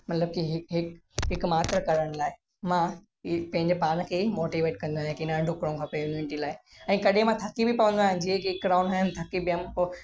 मतिलब की हि हिक हिक मात्र करण लाइ मां हीअ पंहिंजे पाण खे मोटीवेट कंदो आहियां की न ॾुकणो खपे इंयूनिटी जे लाइ ऐं कॾहिं मां थकी बि पवंदो आहियां जीअं की हिक राउंड थकी वियुमि पोइ